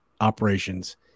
operations